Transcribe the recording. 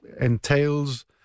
entails